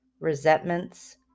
resentments